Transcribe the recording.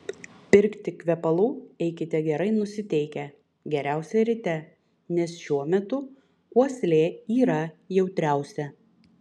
pirkti kvepalų eikite gerai nusiteikę geriausia ryte nes šiuo metu uoslė yra jautriausia